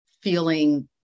feeling